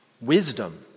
wisdom